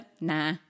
Nah